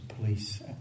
police